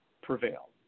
prevail